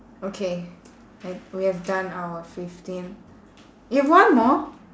okay I we have done our fifteen you have one more